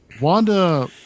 Wanda